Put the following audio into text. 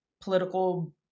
political